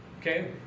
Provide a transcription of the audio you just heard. Okay